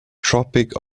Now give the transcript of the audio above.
tropic